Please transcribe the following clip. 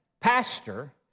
pastor